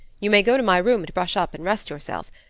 you may go to my room to brush up and rest yourself.